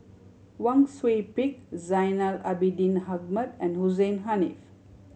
Wang Sui Pick Zainal Abidin Ahmad and Hussein Haniff